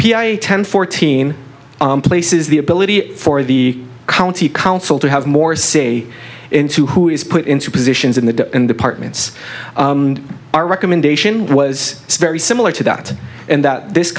you ten fourteen places the ability for the county council to have more say into who is put into positions in the departments our recommendation was very similar to that and that this